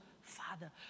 father